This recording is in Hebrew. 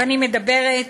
ואני מדברת